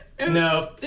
No